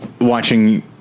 watching